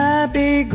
Happy